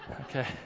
Okay